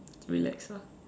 relax lah